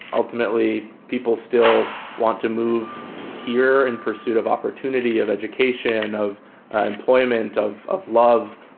ultimately, people still want to move here in pursuit of opportunity of education, of employment, of of love,